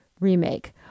remake